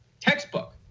Textbook